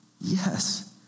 Yes